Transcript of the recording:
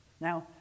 Now